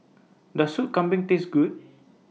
Does Sup Kambing Taste Good